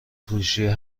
فروشیه